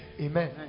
Amen